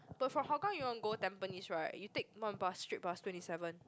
but from Hougang you want go Tampines right you take one bus straight bus twenty seven